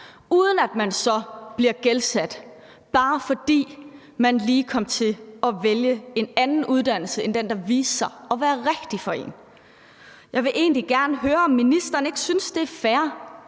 uden at man så bliver gældsat, bare fordi man lige kom til at vælge en anden uddannelse end den, der viste sig at være rigtig for en. Jeg vil egentlig gerne høre, om ministeren ikke synes, det er fair,